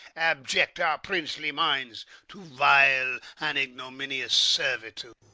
abject our princely minds to vile and ignominious servitude.